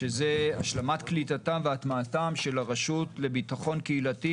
שזה השלמת קליטתם והטמעתם של הרשות לביטחון קהילתי